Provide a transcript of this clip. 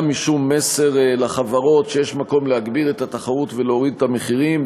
גם משום מסר לחברות שיש מקום להגביר את התחרות ולהוריד את המחירים,